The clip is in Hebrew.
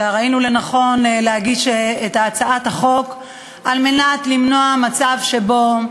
שראינו לנכון להגיש את הצעת החוק על מנת למנוע מצב שבו,